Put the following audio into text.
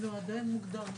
לא נוגעים בזה.